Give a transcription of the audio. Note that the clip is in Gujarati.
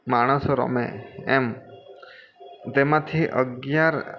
માણસો રમે એમ તેમાંથી અગિયાર